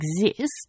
exist